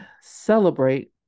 celebrate